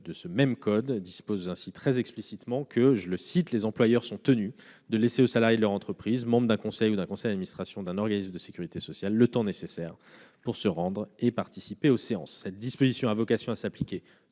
de ce même code dispose très explicitement que « les employeurs sont tenus de laisser aux salariés de leur entreprise, membres d'un conseil ou d'un conseil d'administration d'un organisme de sécurité sociale, le temps nécessaire pour se rendre et participer aux séances [...]». Cette disposition législative a vocation à s'appliquer